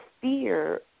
fear